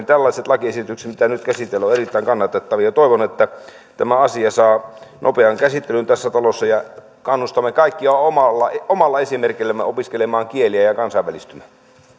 tällaiset lakiesitykset mitä nyt käsitellään ovat erittäin kannatettavia ja toivon että tämä asia saa nopean käsittelyn tässä talossa ja kannustamme kaikkia omalla omalla esimerkillämme opiskelemaan kieliä ja kansainvälistymään